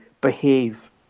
behave